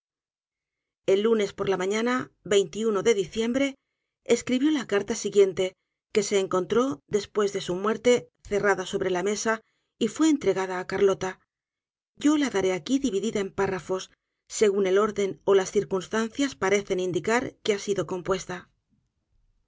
el lunes por la mañana de diciembre escribióla carta siguiente que se encontró después de su muerte cerrada sobre la mesa y fue entregada á carlota yo la daré aqui dividida en párrafos según el orden ó las circunstancias parecen indicar que ha sido compuesta